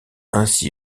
ainsi